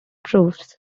proofs